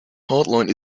hardline